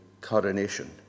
coronation